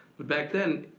but back then,